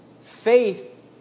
faith